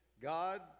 God